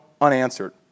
unanswered